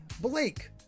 Blake